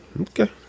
Okay